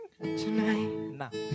tonight